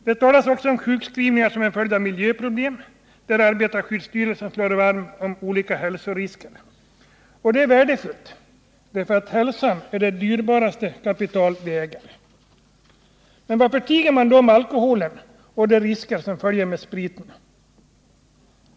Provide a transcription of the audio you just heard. Det talas också om sjukskrivningar som en följd av miljöproblem, och arbetarskyddsstyrelsen slår därvid larm om olika hälsorisker. Detta är värdefullt, för hälsan är det dyrbaraste vi äger. Men varför tiger man om alkoholen och de risker som följer med spriten?